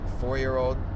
four-year-old